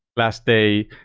last day,